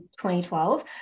2012